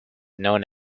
known